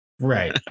Right